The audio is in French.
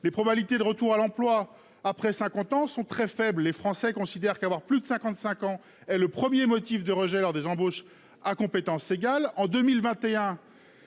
les probabilités de retour à l'emploi, après 50 ans sont très faibles et français considèrent qu'avoir plus de 55 ans est le 1er motif de rejet lors des embauches à compétences égales en 2021.